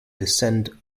descend